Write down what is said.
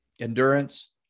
endurance